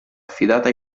affidata